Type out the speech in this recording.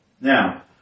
Now